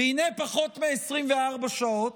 והינה, תוך פחות מ-24 שעות,